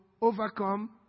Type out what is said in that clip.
overcome